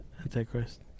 Antichrist